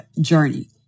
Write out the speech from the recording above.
journey